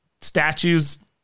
statues